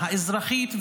האזרחית,